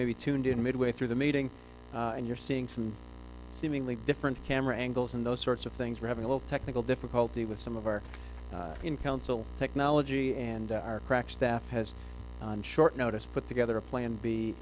may be tuned in midway through the meeting and you're seeing some seemingly different camera angles and those sorts of things we're having a little technical difficulty with some of our council technology and our crack staff has on short notice put together a plan b